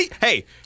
Hey